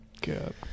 Good